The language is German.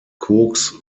koks